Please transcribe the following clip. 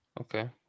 Okay